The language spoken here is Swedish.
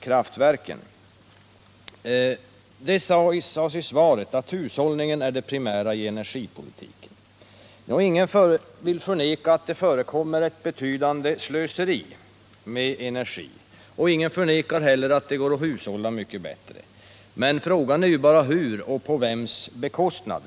kraftverken.” Det sades i svaret att hushållningen är det primära i energipolitiken. Ingen vill förneka att det förekommer ett betydande slöseri med energi, och ingen förnekar heller att det går att hushålla mycket bättre. Men frågan är bara hur och på vems bekostnad.